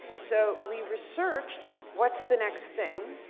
so we researched what is the next thing.